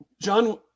John